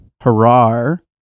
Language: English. Harar